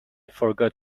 forgot